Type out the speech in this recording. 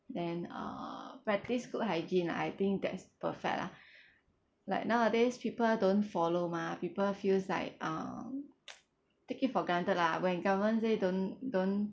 then uh practise good hygiene lah I think that's perfect lah like nowadays people don't follow mah people feels like um take it for granted lah when government say don't don't